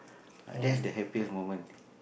that's the happiest moment